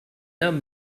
homme